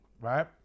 right